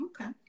Okay